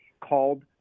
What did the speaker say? called